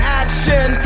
action